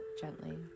gently